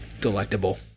delectable